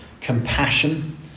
compassion